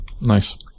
Nice